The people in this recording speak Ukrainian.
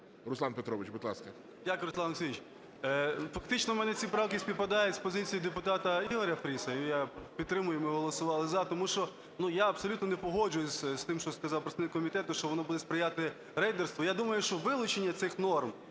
Руслан Петрович, будь ласка. 11:11:05 КНЯЗЕВИЧ Р.П. Дякую, Руслан Олексійович. Фактично в мене ці правки співпадають з позицією депутата Ігоря Фріса. Я підтримую, і ми голосували "за". Тому що я абсолютно не погоджуюсь з тим, що сказав представник комітету, що воно буде сприяти рейдерству. Я думаю, що вилучення цих норм